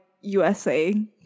USA